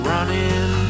Running